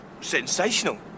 Sensational